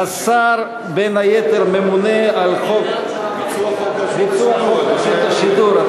השר, בין היתר, ממונה על ביצוע חוק רשות השידור.